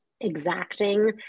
exacting